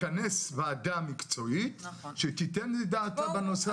לכנס ועדה מקצועית שתיתן את דעתה בנושא